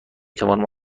توانم